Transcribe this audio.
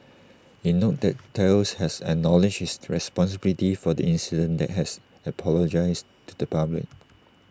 IT noted that Thales has acknowledged its responsibility for the incident and has apologised to the public